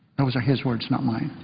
those are his words, not mine.